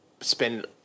Spend